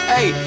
Hey